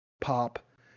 pop